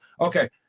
Okay